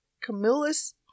Camillus